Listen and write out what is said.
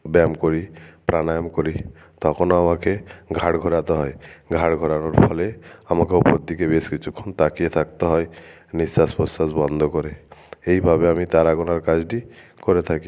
ব্যায়াম করি প্রাণায়াম করি তখনও আমাকে ঘাড় ঘোরাতে হয় ঘাড় ঘোরানোর ফলে আমাকে ওপর দিকে বেশ কিছুক্ষণ তাকিয়ে থাকতে হয় নিঃশ্বাস প্রশ্বাস বন্ধ করে এইভাবে আমি তারা গোনার কাজটি করে থাকি